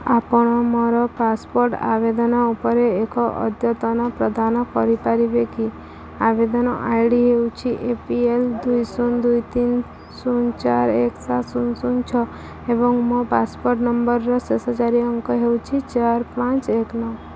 ଆପଣ ମୋର ପାସପୋର୍ଟ୍ ଆବେଦନ ଉପରେ ଏକ ଅଦ୍ୟତନ ପ୍ରଦାନ କରିପାରିବେ କି ଆବେଦନ ଆଇ ଡ଼ି ହେଉଛି ଏ ପି ଏଲ୍ ଦୁଇ ଶୂନ ଦୁଇ ତିନି ଶୂନ ଚାରି ଏକେ ସାତ ଶୂନ ଶୂନ ଛଅ ଏବଂ ମୋ ପାସପୋର୍ଟ୍ ନମ୍ବରର ଶେଷ ଚାରି ଅଙ୍କ ହେଉଛି ଚାରି ପାଞ୍ଚ ଏକ ନଅ